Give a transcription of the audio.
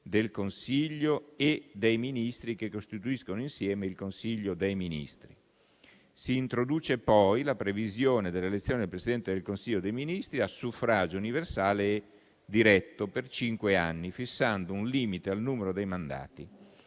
del Consiglio e dai Ministri, che costituiscono insieme il Consiglio dei ministri. Si introduce poi la previsione dell'elezione del Presidente del Consiglio dei ministri a suffragio universale e diretto per cinque anni, fissando un limite al numero dei mandati.